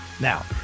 Now